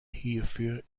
hierfür